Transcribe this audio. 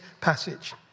passage